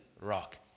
rock